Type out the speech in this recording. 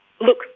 look